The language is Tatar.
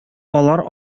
алар